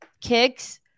kicks